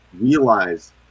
realize